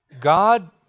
God